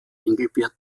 engelbert